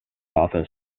office